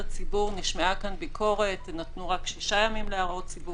נשמעה כאן ביקורת שנתנו רק שישה ימים להערות ציבור.